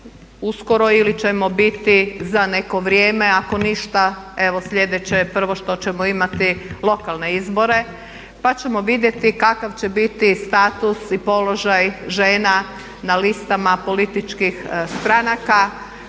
uskoro ili ćemo biti za neko vrijeme ako ništa evo sljedeće prvo što ćemo imati lokalne izbore pa ćemo vidjeti kakav će biti status i položaj žena na listama političkih stranaka